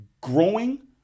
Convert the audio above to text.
growing